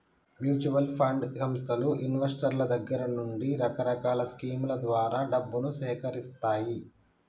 mutual fund సంస్థలు ఇన్వెస్టర్ల దగ్గర నుండి రకరకాల స్కీముల ద్వారా డబ్బును సేకరిత్తాయి